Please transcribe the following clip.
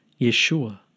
Yeshua